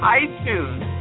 iTunes